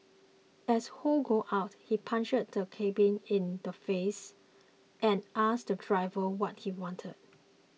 as Ho got out he punched the cabby in the face and asked the driver what he wanted